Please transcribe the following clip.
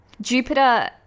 Jupiter